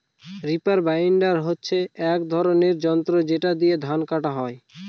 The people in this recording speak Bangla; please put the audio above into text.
রিপার বাইন্ডার হচ্ছে এক ধরনের যন্ত্র যেটা দিয়ে ধান কাটা হয়